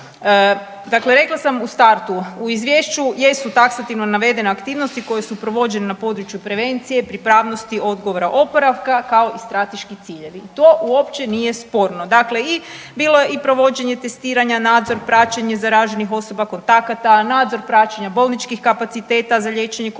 Dakle, rekla sam u startu, u Izvješću jesu taksativno navedene aktivnosti koje su provođene na području prevencije, pripravnosti, odgovora, oporavka, kao i strateški ciljevi. To uopće nije sporno. Dakle i, bilo je i provođenje testiranja, nadzor, praćenje zaraženih osoba, kontakata, nadzor praćenja bolničkih kapaciteta za liječenje Covida,